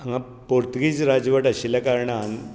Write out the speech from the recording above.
हांगा पुर्तूगीज राजवट आशिल्ल्या कारणान